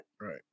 right